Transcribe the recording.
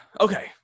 Okay